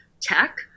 tech